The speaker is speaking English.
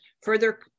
further